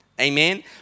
Amen